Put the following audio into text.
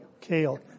Kale